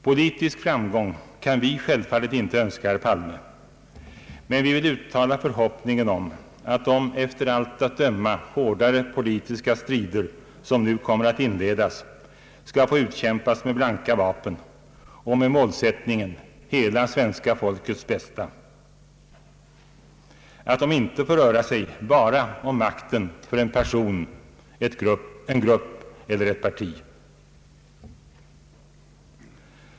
Politisk framgång kan vi självfallet inte önska herr Palme, men vi vill uttala förhoppningen om, att de efter allt att döma hårdare politiska strider som nu kommer att inledas skall få utkämpas med blanka vapen och med målsättningen hela svenska folkets bästa och att de inte skall röra sig bara om makten för en person, en grupp eller ett parti.